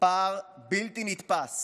פער בלתי נתפס